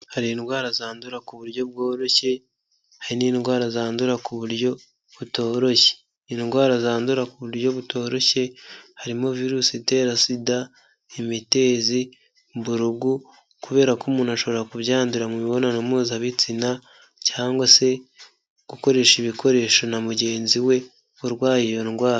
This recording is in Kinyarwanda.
Hari indwara zandura ku buryo bworoshye hari n'indwara zandura ku buryo butoroshye, indwara zandura ku buryo butoroshye harimo virusi itera sida, imitezi, mburugu, kubera ko umuntu ashobora kubyandurira mu mibonano mpuzabitsina cyangwa se gukoresha ibikoresho na mugenzi we urwaye iyo ndwara.